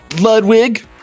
Ludwig